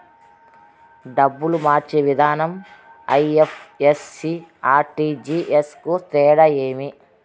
డబ్బులు మార్చే విధానం ఐ.ఎఫ్.ఎస్.సి, ఆర్.టి.జి.ఎస్ కు తేడా ఏమి?